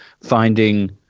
Finding